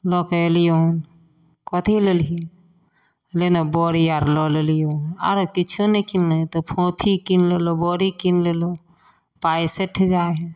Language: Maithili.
लऽ के एलियौ हन कथी लेलही ले ने बड़ी आर लऽ लेलियौ आरो किछो नहि कीनली तऽ फोफी कीन लेलहुॅं बड़ी कीन लेलहुॅं पाइ सठि जाइ है